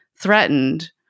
threatened